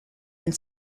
been